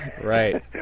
Right